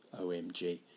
OMG